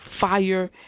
fire